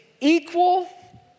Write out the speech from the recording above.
equal